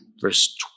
verse